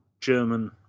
German